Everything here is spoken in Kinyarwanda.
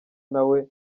nawe